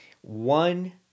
One